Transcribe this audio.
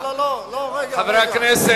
לא, לא, לא, רגע, רגע, אבל זה גם שוביניזם.